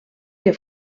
que